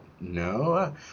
no